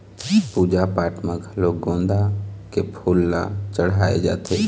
पूजा पाठ म घलोक गोंदा के फूल ल चड़हाय जाथे